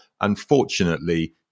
unfortunately